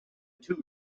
two